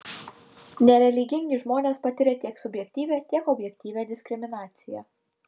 nereligingi žmonės patiria tiek subjektyvią tiek objektyvią diskriminaciją